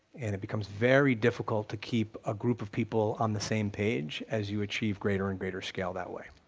and it becomes very difficult to keep a group of people on the same page as you achieve greater and greater scale that way.